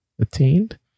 Attained